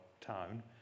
town